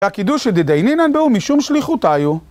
הקידוש של דדי נינן באו משום שליחותיו